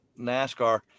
NASCAR